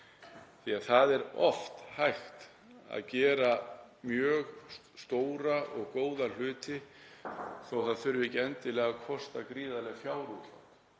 því að það er oft hægt að gera mjög stóra og góða hluti sem þurfa ekki endilega að kosta gríðarleg fjárútlát.